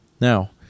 Now